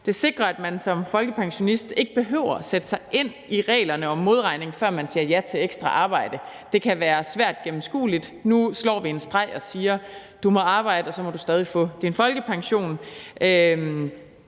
Det sikrer, at man som folkepensionist ikke behøver at sætte sig ind i reglerne om modregning, før man siger ja til ekstra arbejde. Det kan være svært gennemskueligt. Nu trækker vi en streg i sandet og siger: Du må arbejde, og du må stadig få din folkepension.